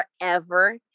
Forever